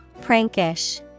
Prankish